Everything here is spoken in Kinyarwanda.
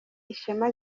ishema